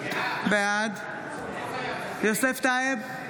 בעד יוסף טייב,